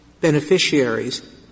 beneficiaries